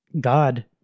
God